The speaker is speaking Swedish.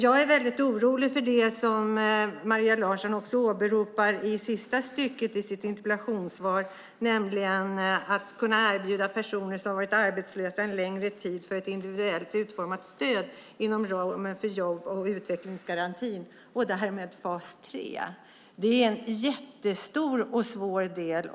Jag är väldigt orolig för det som Maria Larsson åberopar i sista stycket i sitt interpellationssvar, nämligen att man ska kunna erbjuda personer som har varit arbetslösa en längre tid ett individuellt utformat stöd inom ramen för jobb och utvecklingsgarantin och därmed fas 3. Det är en jättestor och svår del.